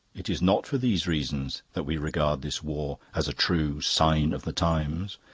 it is not for these reasons that we regard this war as a true sign of the times,